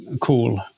cool